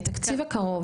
התקציב הקרוב,